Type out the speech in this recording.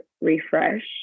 refresh